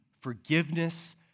forgiveness